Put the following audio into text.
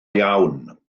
iawn